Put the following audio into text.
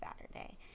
Saturday